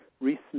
recent